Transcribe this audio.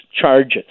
charges